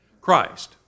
christ